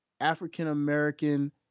African-American